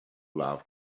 love